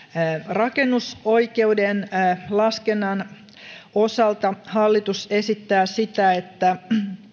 rakennusoikeuden laskennan osalta hallitus esittää sitä että